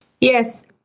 Yes